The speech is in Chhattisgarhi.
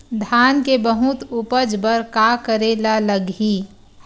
धान के बहुत उपज बर का करेला लगही?